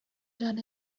done